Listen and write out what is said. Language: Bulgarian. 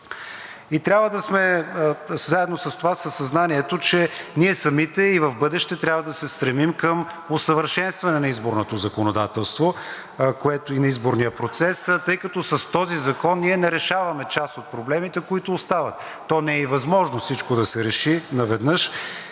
Трябва да сме заедно с това, със съзнанието, че ние самите и в бъдеще трябва да се стремим към усъвършенстване на изборното законодателство, което е и на изборния процес. Тъй като с този закон ние не решаваме част от проблемите, които остават. То не е и възможно всичко да се реши наведнъж.